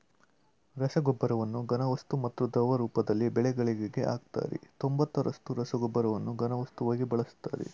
ರಸಗೊಬ್ಬರವನ್ನು ಘನವಸ್ತು ಮತ್ತು ದ್ರವ ರೂಪದಲ್ಲಿ ಬೆಳೆಗಳಿಗೆ ಹಾಕ್ತರೆ ತೊಂಬತ್ತರಷ್ಟು ರಸಗೊಬ್ಬರನ ಘನವಸ್ತುವಾಗಿ ಬಳಸ್ತರೆ